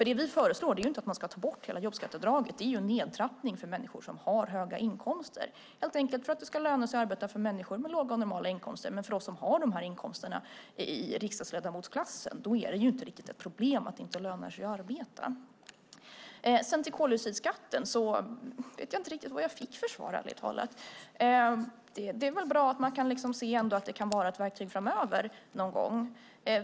Det vi föreslår är inte att man ska ta bort hela jobbskatteavdraget utan en nedtrappning för människor som har höga inkomster. Det ska helt enkelt löna sig att arbeta för människor med låga och normala inkomster. Men för oss som redan har inkomster i riksdagsledamotsklassen är det inte riktigt ett problem att det inte lönar sig att arbeta. När det sedan gäller koldioxidskatten vet jag ärligt talat inte riktigt vad jag fick för svar. Det är väl bra att man kan se att det kan vara ett verktyg framöver någon gång.